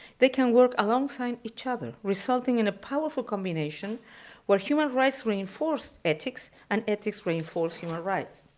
they can work alongside each other, resulting in a powerful combination where human rights reinforce ethics, and ethics reinforce human rights.